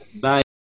Bye